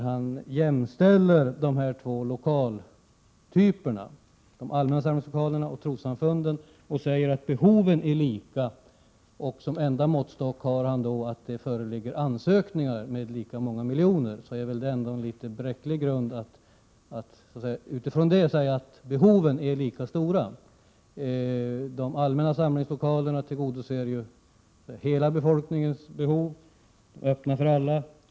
Han jämställer de två lokaltyperna och säger att behoven är likvärdiga. Hans enda måttstock är då att det föreligger ansökningar som slutar på lika många miljoner kronor. Det är väl en något bräcklig grund för att säga att behoven är lika stora. De allmänna samlingslokalerna tillgodoser ju hela befolkningens behov och är öppna för alla.